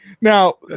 now